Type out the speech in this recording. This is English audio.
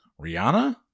Rihanna